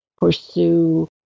pursue